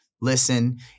listen